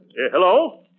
Hello